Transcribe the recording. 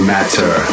Matter